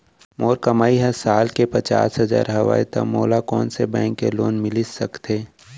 मोर कमाई ह साल के पचास हजार हवय त मोला कोन बैंक के लोन मिलिस सकथे?